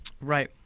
right